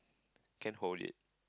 can hold it